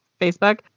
facebook